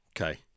Okay